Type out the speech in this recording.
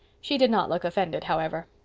she did not look offended, however.